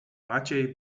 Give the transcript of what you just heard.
maciej